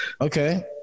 Okay